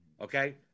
Okay